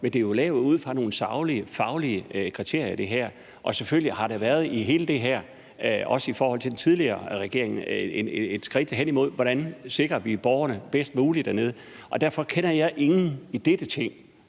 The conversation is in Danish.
Men det er jo lavet ud fra nogle faglige kriterier, og selvfølgelig har det været i hele det her, også i forhold til den tidligere regering, et skridt hen imod, hvordan vi sikrer borgerne bedst muligt dernede. Og derfor kender jeg ingen i dette Ting,